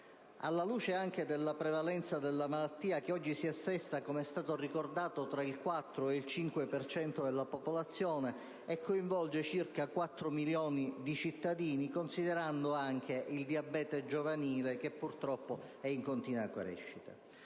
alla luce anche dell'aumentata prevalenza della malattia, che oggi si attesta, come è stato ricordato, tra il 4 e il 5 per cento della popolazione e coinvolge circa 4 milioni di cittadini, considerando anche il diabete giovanile che, purtroppo, è in continua crescita.